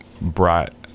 brought